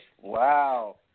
Wow